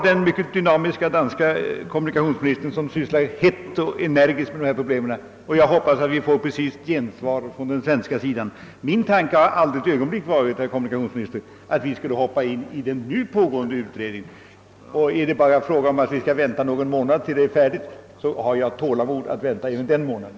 Den mycket dynamiske danske kommunikationsministern sysslar hett och energiskt med dessa problem, och jag hoppas att han får gensvar från den svenska sidan. Min tanke har aldrig ett ögonblick varit, herr kommunikationsminister, att vi skulle hoppa in i den nu pågående utredningen. Är det bara fråga om att vänta någon månad tills den är färdig, har jag tålamod även till dess.